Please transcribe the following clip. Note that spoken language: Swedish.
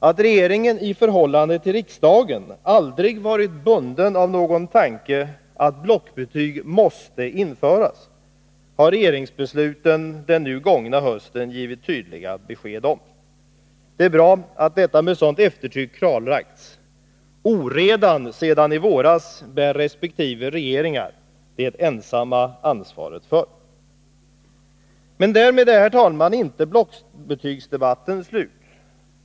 Att regeringen i förhållande till riksdagen aldrig varit bunden av någon tanke att blockbetyg måste införas, har regeringsbesluten den nu gångna hösten givit tydliga besked om. Det är bra att detta med sådant eftertryck klarlagts. Oredan sedan i våras bär resp. regeringar ensamma ansvaret för. Men därmed är, herr talman, inte blockbetygsdebatten slut.